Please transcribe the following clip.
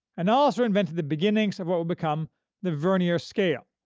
and also invented the beginnings of what would become the vernier scale.